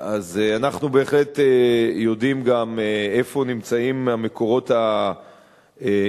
אז אנחנו בהחלט יודעים גם איפה נמצאים המקורות העיקריים,